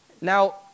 Now